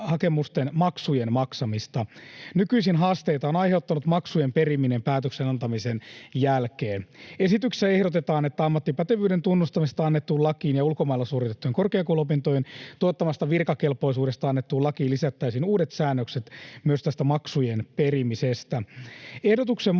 ja on tärkeää